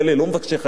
לא מבקשי חיים,